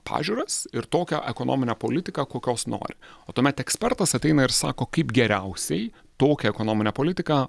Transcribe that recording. pažiūras ir tokią ekonominę politiką kokios noriu o tuomet ekspertas ateina ir sako kaip geriausiai tokią ekonominę politiką